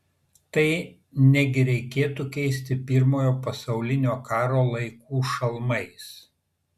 tai negi reikėtų keisti pirmojo pasaulinio karo laikų šalmais